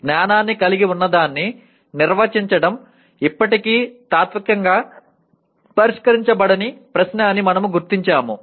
జ్ఞానాన్ని కలిగి ఉన్నదాన్ని నిర్వచించడం ఇప్పటికీ తాత్వికంగా పరిష్కరించబడని ప్రశ్న అని మనము గుర్తించాము